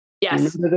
Yes